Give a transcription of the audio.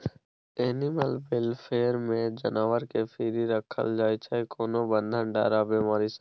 animal welfare मे जानबर केँ फ्री राखल जाइ छै कोनो बंधन, डर आ बेमारी सँ